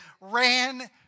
ran